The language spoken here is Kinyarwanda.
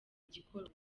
igikorwa